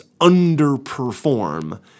underperform